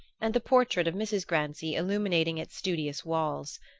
and the portrait of mrs. grancy illuminating its studious walls.